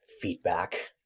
feedback